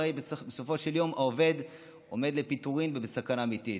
הרי בסופו של יום העובד עומד לפיטורים ובסכנה אמיתית.